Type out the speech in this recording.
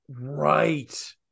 right